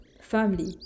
family